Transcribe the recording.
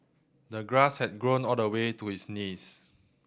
the grass had grown all the way to his knees